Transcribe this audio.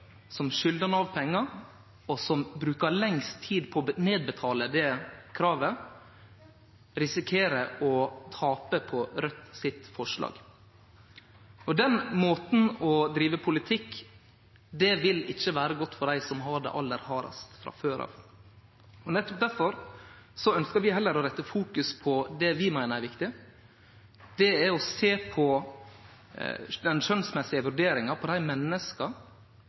som skyldar Nav pengar og som brukar lengst tid på å betale ned det kravet, risikere å tape på forslaget frå Raudt. Den måten å drive politikk på vil ikkje vere god for dei som har det aller hardast frå før av. Nettopp difor ønskjer vi heller å fokusere på det vi meiner er viktig, og det er å sjå på den skjønsmessige vurderinga for dei menneska